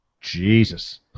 Jesus